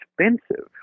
expensive